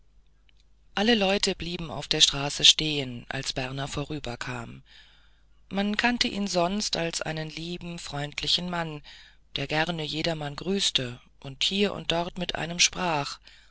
alle leute blieben auf der straße stehen als berner vorüberkam man kannte ihn sonst als einen lieben freundlichen mann der gerne jedermann grüßte und hier und dort mit einem sprach